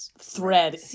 thread